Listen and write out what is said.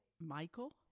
Michael